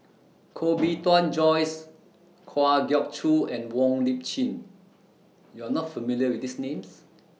Koh Bee Tuan Joyce Kwa Geok Choo and Wong Lip Chin YOU Are not familiar with These Names